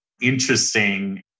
interesting